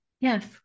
yes